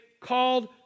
called